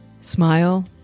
Smile